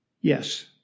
Yes